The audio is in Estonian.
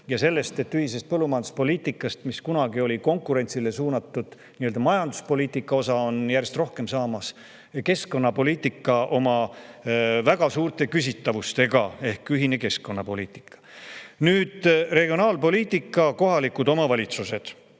ka seda, et ühisest põllumajanduspoliitikast, mis kunagi oli konkurentsile suunatud majanduspoliitika osa, on järjest rohkem saamas keskkonnapoliitika oma väga suurte käsitavustega ehk ühine keskkonnapoliitika. Nüüd regionaalpoliitika, kohalikud omavalitsused.